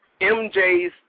MJ's